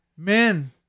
Men